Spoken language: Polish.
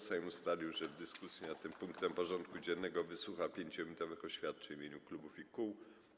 Sejm ustalił, że w dyskusji nad tym punktem porządku dziennego wysłucha 5-minutowych oświadczeń w imieniu klubów i kół.